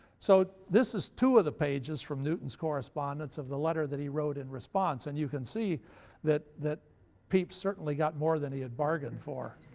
so this is two of the pages from newton's correspondence of the letter that he wrote in response, and you can see that that pepys certainly got more than he had bargained for.